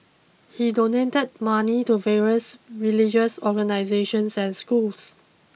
he donated money to various religious organisations and schools